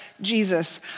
Jesus